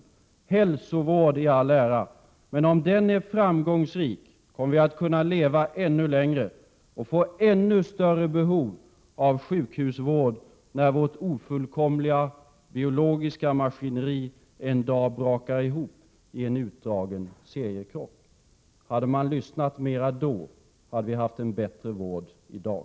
Hälsovård i all ära, men om den är framgångsrik kommer vi att leva ännu längre och får förmodligen ännu större behov av sjukhusvård när vårt ofullkomliga biologiska maskineri brakar ihop i en utdragen seriekrock.” Hade man lyssnat mera då, hade vi haft en bättre vård i dag.